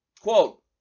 quote